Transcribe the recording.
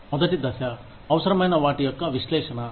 మొదటి దశ అవసరమైన వాటి యొక్క విశ్లేషణ